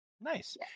Nice